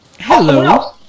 Hello